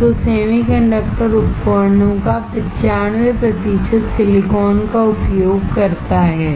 तो semiconductor उपकरणों का 95 प्रतिशत सिलिकॉन का उपयोग करता है